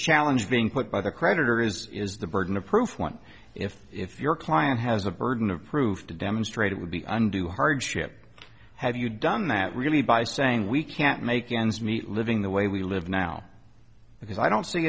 challenge being put by the creditor is is the burden of proof one if if your client has a burden of proof to demonstrate it would be undue hardship have you done that really by saying we can't make ends meet living the way we live now because i don't see